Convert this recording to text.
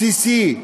בסיסי,